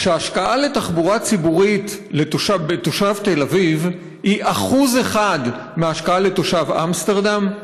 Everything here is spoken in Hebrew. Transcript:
שההשקעה בתחבורה ציבורית לתושב תל-אביב היא 1% מההשקעה לתושב אמסטרדם?